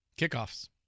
Kickoffs